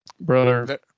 brother